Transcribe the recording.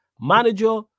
Manager